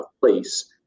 place